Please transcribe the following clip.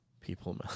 people